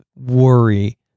worry